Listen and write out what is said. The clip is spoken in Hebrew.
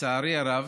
לצערי הרב,